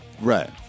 Right